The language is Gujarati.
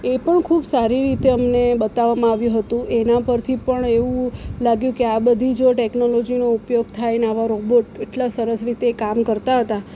એ પણ ખૂબ સારી રીતે અમને બતાવવામાં આવ્યું હતું એના પરથી પણ એવું લાગ્યું કે આ બધી જો ટેકનોલોજીનો ઉપયોગ થાય ને આવા રોબોટ એટલા સરસ રીતે કામ કરતા હતા